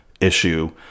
issue